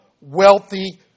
wealthy